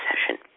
session